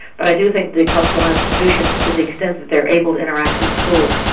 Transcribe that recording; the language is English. but i do think the cultural institutions, to the extent that they are able to interact with schools,